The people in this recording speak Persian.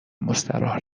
مستراح